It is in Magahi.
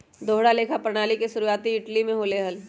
दोहरा लेखा प्रणाली के शुरुआती इटली में होले हल